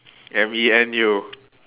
M E N U